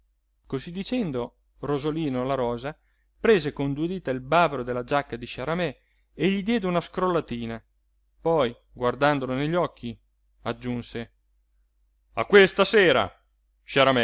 cosí dicendo rosolino la rosa prese con due dita il bavero della giacca di sciaramè e gli diede una scrollatina poi guardandolo negli occhi aggiunse a questa sera